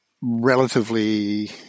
relatively